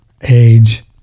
age